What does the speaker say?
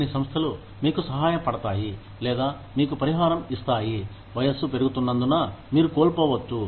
కొన్ని సంస్థలు మీకు సహాయ పడతాయి లేదా మీకు పరిహారం ఇస్తాయి వయస్సు పెరుగుతున్నందున మీరు కోల్పోవచ్చు